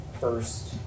first